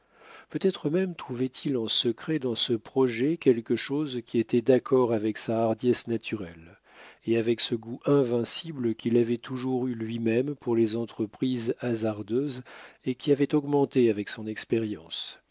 peutêtre même trouvait-il en secret dans ce projet quelque chose qui était d'accord avec sa hardiesse naturelle et avec ce goût invincible qu'il avait toujours eu lui-même pour les entreprises hasardeuses et qui avait augmenté avec son expérience